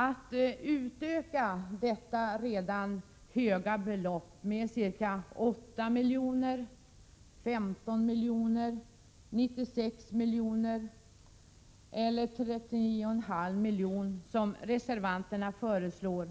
Att utöka detta redan höga belopp med ca 8 miljoner, 15 miljoner, 96 miljoner eller 30,5 miljoner som reservanterna föreslår